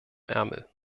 ärmel